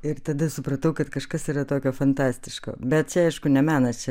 ir tada supratau kad kažkas yra tokio fantastiško bet čia aišku ne menas čia